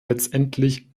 letztendlich